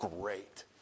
great